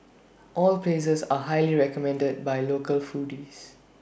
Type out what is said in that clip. all places are highly recommended by local foodies